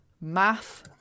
Math